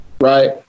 right